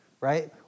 right